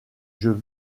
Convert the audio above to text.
jeux